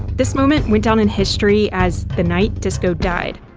this moment went down in history as the night disco died.